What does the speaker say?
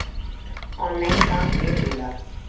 online काम ढेर होला